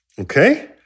okay